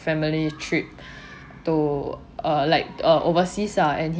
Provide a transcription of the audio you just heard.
family trip to uh like uh overseas ah and